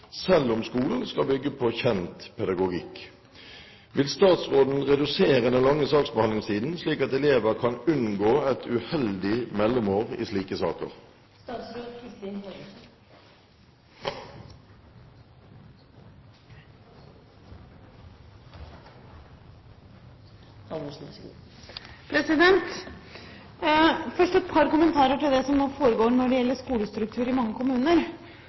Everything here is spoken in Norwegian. selv om skolen skal bygge på kjent pedagogikk. Vil statsråden redusere den lange saksbehandlingstiden, slik at elever kan unngå et uheldig mellomår i slike saker?» Først et par kommentarer til det som nå foregår når det gjelder skolestruktur i mange kommuner.